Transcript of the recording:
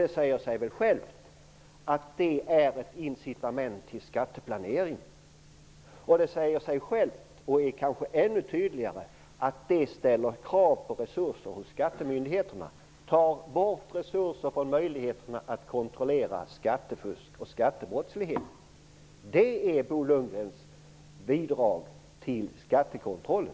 Det säger sig väl självt att detta är ett incitament till skatteplanering och att det ställer krav på resurser hos skattemyndigheterna, vilket tar bort resurser från möjligheterna att kontrollera skattefusk och skattebrottslighet. Det är Bo Lundgrens bidrag till skattekontrollen.